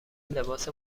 لباس